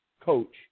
coach